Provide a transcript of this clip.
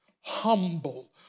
Humble